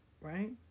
Right